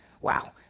Wow